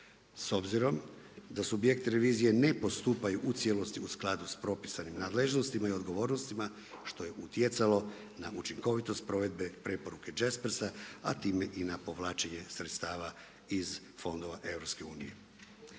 S obzirom da subjekti revizije ne postupaju u cijelosti u skladu s propisanim nadležnostima i odgovornostima što je utjecalo na učinkovitost provedbe preporuke Jaspersa, a time i na povlačenje sredstava iz fondova EU.